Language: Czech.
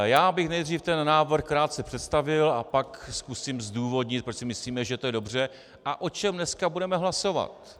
Já bych nejdřív ten návrh krátce představil a pak zkusím zdůvodnit, proč si myslíme, že to je dobře, a o čem dneska budeme hlasovat.